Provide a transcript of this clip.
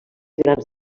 grans